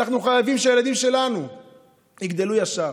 אנחנו חייבים שהילדים שלנו יגדלו ישר.